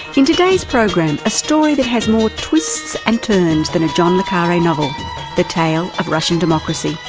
in today's program a story that has more twists and turns than a john le carrie novel the tale of russian democracy.